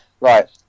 Right